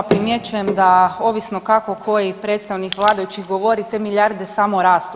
Primjećujem da ovisno kako koji predstavnik vladajućih govori, te milijarde samo rastu.